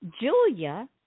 Julia